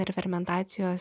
ir fermentacijos